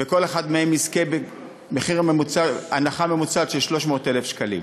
וכל אחד מהם יזכה בהנחה ממוצעת של 300,000 שקלים.